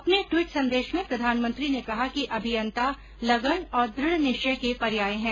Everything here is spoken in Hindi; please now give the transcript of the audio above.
अपने ट्वीट संदेश में प्रधानमंत्री ने कहा कि अभियंता लगन और दृढ़ निश्चय के पर्याय हैं